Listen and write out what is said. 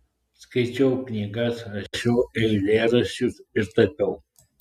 skaičiau knygas rašiau eilėraščius ir tapiau